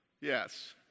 Yes